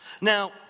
Now